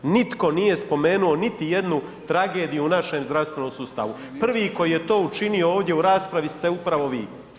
Nitko nije spomenuo niti jednu tragediju u našem zdravstvenom sustavu, prvi koji je to učinio ovdje u raspravi ste upravo vi.